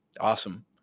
awesome